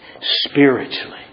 spiritually